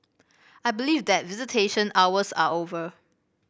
I believe that visitation hours are over